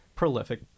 prolific